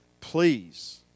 Please